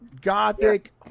gothic